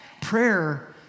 Prayer